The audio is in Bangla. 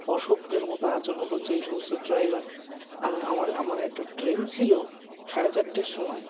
অসভ্যের মতো আচরণ করছে এই সমস্ত ড্রাইভার আমি আমার আমার একটা ট্রেন ছিল সাড়ে চারটের সময়